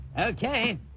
Okay